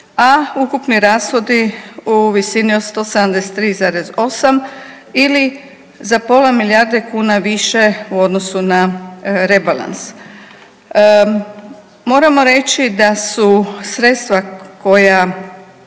a ukupni rashodi u visini od 173,8 ili za pola milijarde kuna više u odnosu na rebalans. Moramo reći da su sredstva koja,